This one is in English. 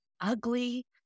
ugly